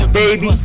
baby